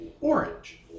Orange